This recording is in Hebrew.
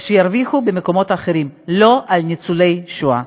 שירוויחו במקומות אחרים, לא על ניצולי השואה.